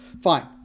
Fine